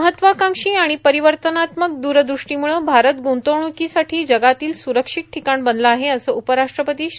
महत्वाकांक्षी परिवर्तनात्मक दूरदृष्टीमुळं भारत गुंतवणुकीसाठी जगातील सुरक्षित ठिकाण बनलं आहे असं उपराष्ट्रपती श्री